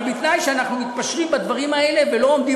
אבל בתנאי שאנחנו מתפשרים בדברים האלה ולא עומדים